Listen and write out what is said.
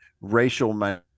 racial